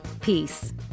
Peace